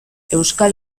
euskal